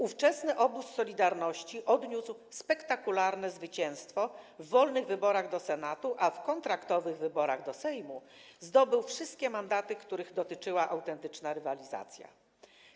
Ówczesny obóz 'Solidarności' odniósł spektakularne zwycięstwo w wolnych wyborach do Senatu, a w kontraktowych wyborach do Sejmu zdobył wszystkie mandaty, których dotyczyła autentyczna rywalizacja.